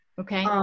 Okay